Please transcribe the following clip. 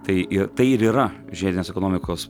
tai ir tai ir yra žiedinės ekonomikos